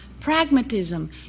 pragmatism